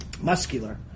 muscular